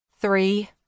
Three